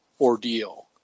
ordeal